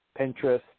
Pinterest